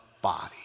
body